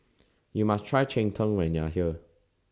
YOU must Try Cheng Tng when YOU Are here